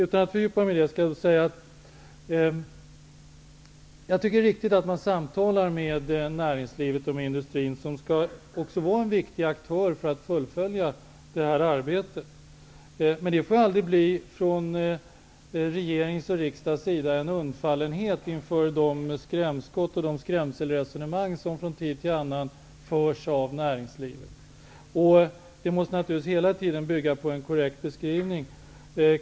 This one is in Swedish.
Utan att fördjupa mig i det skall jag säga att jag tycker att det är riktigt att man samtalar med näringslivet och med industrin, som också är aktörer som är viktiga för att arbetet skall kunna fullföljas. Det får från regerings och riksdags sida aldrig bli en undfallenhet inför de skrämskott och de skrämselresonemang som från tid till annan kommer från näringslivet. Samtalen måste naturligtvis hela tiden bygga på en korrekt beskrivning.